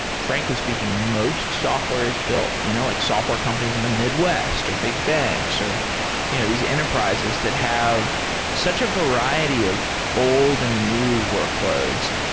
frankly speaking, most software is built. you know like software companies in the midwest, or big banks, or you know these enterprises that have such a variety of old and new workloads.